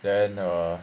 then err